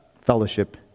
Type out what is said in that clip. fellowship